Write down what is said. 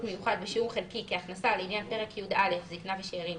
יוחד בשיעור חלקי כהכנסה לעניין פרק י"א (זקנה ושאירים)